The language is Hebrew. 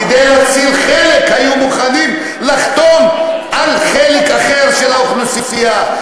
כדי להציל חלק היו מוכנים לחתום על חלק אחר של האוכלוסייה,